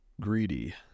greedy